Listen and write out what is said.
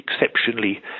exceptionally